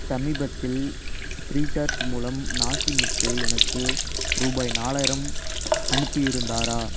சமீபத்தில் ஃப்ரீசார்ஜ் மூலம் நாச்சிமுத்து எனக்கு ரூபாய் நாலாயிரம் அனுப்பியிருந்தாரா